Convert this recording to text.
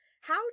How